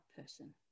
person